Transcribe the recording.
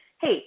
hey